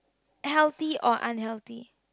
healthy or unhealthy